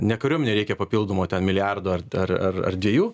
ne kuriuomenei reikia papildomo milijardo ar dar ar ar dviejų